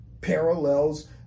parallels